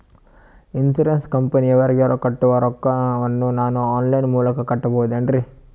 Insurance ಕಂಪನಿಯವರಿಗೆ ಕಟ್ಟುವ ರೊಕ್ಕ ವನ್ನು ನಾನು ಆನ್ ಲೈನ್ ಮೂಲಕ ಕಟ್ಟಬಹುದೇನ್ರಿ?